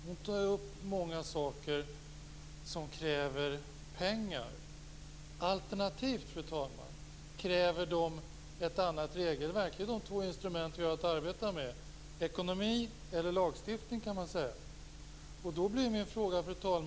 Hon tar upp många saker som kräver pengar, alternativt kräver de ett annat regelverk. Det är de två instrument som man har att arbeta med: ekonomi eller lagstiftning.